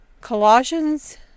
Colossians